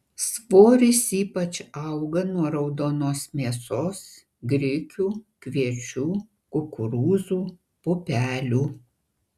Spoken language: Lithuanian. svoris ypač auga nuo raudonos mėsos grikių kviečių kukurūzų pupelių